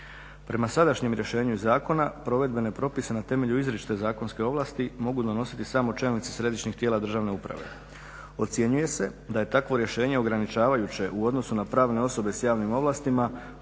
Prema sadašnjem rješenju zakona provedbene propise na temelju izričite zakonske ovlasti mogu donositi samo čelnici središnjih tijela državne uprave. Ocjenjuje se da je takvo rješenje ograničavajuće u odnosu na pravne osobe s javnim ovlastima